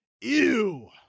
ew